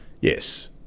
Yes